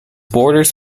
borders